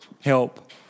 help